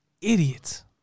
Idiots